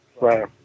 Right